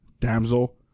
Damsel